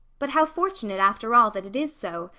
but how fortunate after all that it is so,